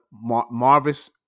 Marvis